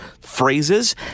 phrases